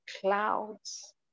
clouds